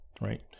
Right